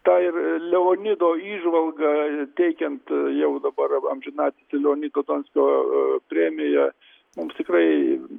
tą ir leonido įžvalga teikiant jau dabar amžinatilsį leonido donskio premiją mums tikrai